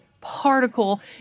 particle